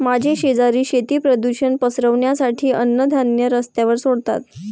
माझे शेजारी शेती प्रदूषण पसरवण्यासाठी अन्नधान्य रस्त्यावर सोडतात